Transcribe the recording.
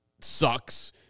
sucks